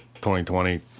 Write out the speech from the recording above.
2020